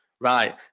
Right